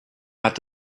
hat